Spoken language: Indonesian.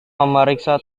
memeriksa